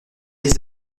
des